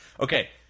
Okay